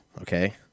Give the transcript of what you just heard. okay